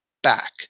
back